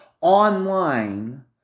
online